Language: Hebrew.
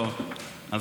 לא הייתי נולד.